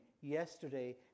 yesterday